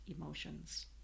Emotions